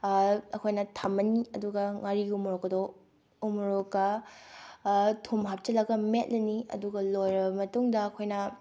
ꯑꯩꯈꯣꯏꯅ ꯊꯝꯃꯅꯤ ꯑꯗꯨꯒ ꯉꯥꯔꯤꯒ ꯎ ꯃꯣꯔꯣꯛꯀꯗꯣ ꯎ ꯃꯣꯔꯣꯛꯀ ꯊꯨꯝꯍꯥꯞꯆꯤꯜꯂꯒ ꯃꯦꯠꯂꯅꯤ ꯑꯗꯨꯒ ꯂꯣꯏꯔꯕ ꯃꯇꯨꯡꯗ ꯑꯩꯈꯣꯏꯅ